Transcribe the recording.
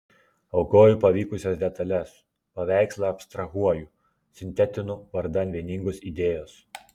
aukoju pavykusias detales paveikslą abstrahuoju sintetinu vardan vieningos idėjos